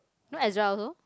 not as well also